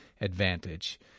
advantage